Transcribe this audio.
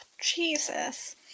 Jesus